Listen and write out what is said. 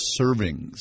servings